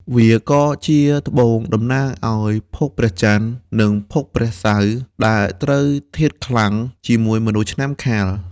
វាក៏ជាត្បូងតំណាងឱ្យភពព្រះចន្ទ និងភពព្រះសៅរ៍ ដែលត្រូវធាតុខ្លាំងជាមួយមនុស្សឆ្នាំខាល។